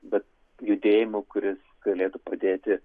bet judėjimu kuris galėtų padėti